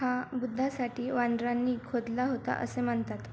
हा बुद्धासाठी वानरांनी खोदला होता असे मानतात